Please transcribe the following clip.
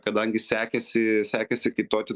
kadangi sekėsi sekėsi kaituoti